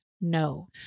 No